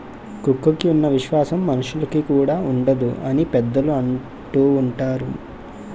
కుక్కకి ఉన్న విశ్వాసం మనుషులుకి కూడా ఉండదు అని పెద్దలు అంటూవుంటారు